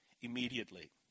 immediately